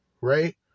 right